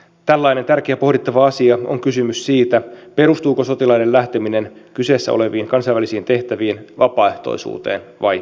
tällainen tärkeä pohdittava asia on kysymys siitä perustuuko sotilaiden lähteminen kyseessä oleviin kansainvälisiin tehtäviin vapaaehtoisuuteen vai pakkoon